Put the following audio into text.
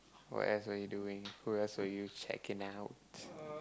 what else are you doing who else are you checking out